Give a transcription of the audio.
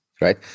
right